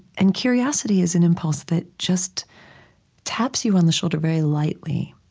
and curiosity is an impulse that just taps you on the shoulder very lightly,